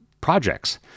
projects